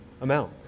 amount